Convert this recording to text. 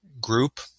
group